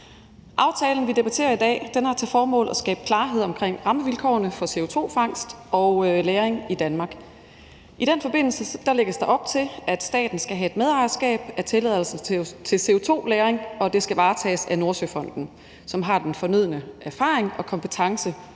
Aftalen, vi debatterer i dag, har til formål at skabe klarhed omkring rammevilkårene for CO2-fangst og -lagring i Danmark. I den forbindelse lægges der op til, at staten skal have et medejerskab af tilladelser til CO2-lagring, og at det skal varetages af Nordsøfonden, som har den fornødne erfaring og kompetence